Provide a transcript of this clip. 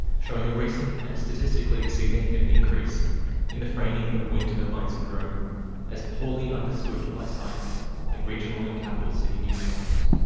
showing a recent and statistically significant increase in the framing of wind turbine syndrome as poorly understood by science in regional and capital city newspapers.